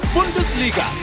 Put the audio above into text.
Bundesliga